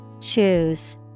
Choose